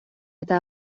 eta